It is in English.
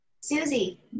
susie